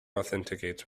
authenticates